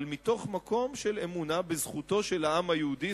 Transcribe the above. אבל מתוך מקום של אמונה בזכותו של העם היהודי,